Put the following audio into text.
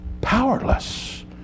powerless